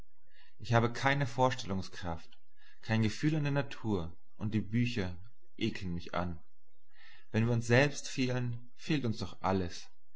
ich habe keine vorstellungskraft kein gefühl an der natur und die bücher ekeln mich an wenn wir uns selbst fehlen fehlt uns doch alles